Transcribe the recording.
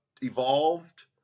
evolved